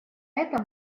этом